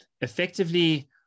effectively